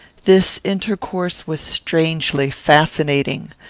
this intercourse was strangely fascinating.